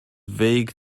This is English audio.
vague